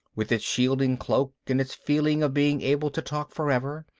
with its shielding cloak and its feeling of being able to talk forever,